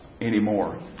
anymore